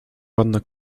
ładna